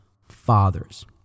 fathers